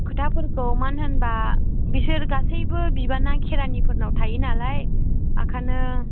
खोथाफोरखौ मानो होनबा बिसोर गासैबो बिबाना खेरानिफोरनाव थायो नालाय बेनिखायनो